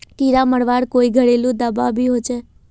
कीड़ा मरवार कोई घरेलू दाबा भी होचए?